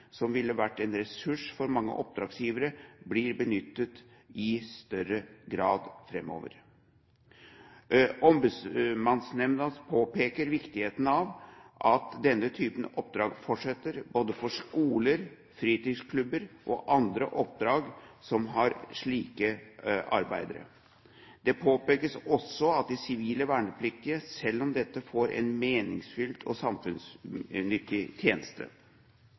som vil være en ressurs for mange oppdragsgivere, blir benyttet i større grad framover. Ombudsmannsnemnda påpeker viktigheten av at denne typen oppdrag fortsetter, både for skoler, fritidsklubber og andre oppdrag som har slike arbeidere. Det påpekes også at de sivile vernepliktige selv med dette får en meningsfylt og samfunnsnyttig tjeneste.